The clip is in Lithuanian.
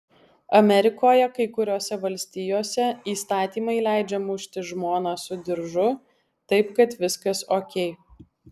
amerikoje kai kuriose valstijose įstatymai leidžia mušti žmoną su diržu taip kad viskas okei